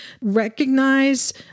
Recognize